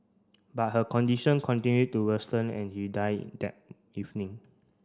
but her condition continued to worsen and he died that evening